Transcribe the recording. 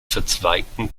verzweigten